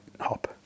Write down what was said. hop